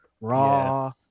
raw